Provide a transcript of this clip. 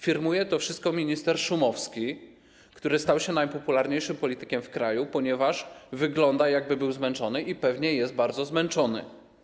Firmuje to wszystko minister Szumowski, który stał się najpopularniejszym politykiem w kraju, ponieważ wygląda, jakby był zmęczony - i pewnie jest bardzo zmęczony.